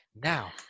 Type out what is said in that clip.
Now